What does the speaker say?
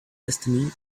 destiny